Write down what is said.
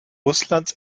russlands